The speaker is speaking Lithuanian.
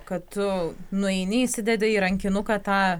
kad tu nueini įsideda į rankinuką tą